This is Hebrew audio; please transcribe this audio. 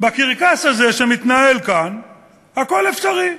בקרקס הזה שמתנהל כאן הכול אפשרי,